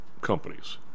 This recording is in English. companies